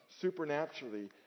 supernaturally